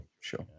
sure